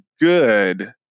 good